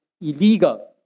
illegal